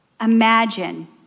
imagine